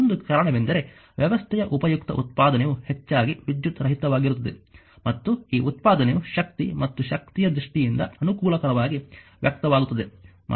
ಒಂದು ಕಾರಣವೆಂದರೆ ವ್ಯವಸ್ಥೆಯ ಉಪಯುಕ್ತ ಉತ್ಪಾದನೆಯು ಹೆಚ್ಚಾಗಿ ವಿದ್ಯುತ್ ರಹಿತವಾಗಿರುತ್ತದೆ ಮತ್ತು ಈ ಉತ್ಪಾದನೆಯು ಶಕ್ತಿ ಮತ್ತು ಶಕ್ತಿಯ ದೃಷ್ಟಿಯಿಂದ ಅನುಕೂಲಕರವಾಗಿ ವ್ಯಕ್ತವಾಗುತ್ತದೆ